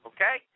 Okay